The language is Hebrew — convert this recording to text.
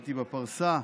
כשהייתי בפרסה.